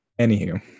Anywho